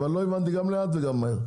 אבל לא הבנתי גם לאט וגם מהר.